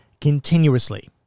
continuously